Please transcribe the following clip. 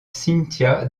cynthia